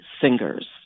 Singers